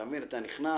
אתה נכנס,